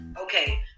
Okay